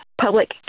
public